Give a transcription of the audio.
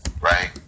right